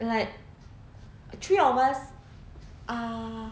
like three of us uh